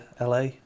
la